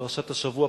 פרשת השבוע,